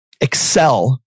excel